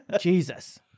Jesus